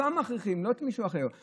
אותן מכריחים, לא מישהו אחר.